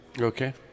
okay